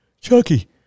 Chucky